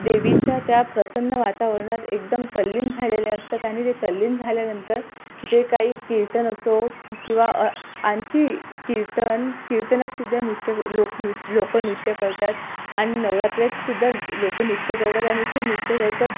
देवीच्या त्या प्रसन्न वातावरणात एकदम तल्लीन झालेले असतात आणि ते तल्लीन झाल्यानंतर जे काही कीर्तन असो किंवा आणखी कीर्तन कीर्तनात सुद्धा नृत्य लोक नृ लोक नृत्य करतात आणि नवरात्रात सुद्धा लोक नृत्य करतात आणि ते नृत्य करता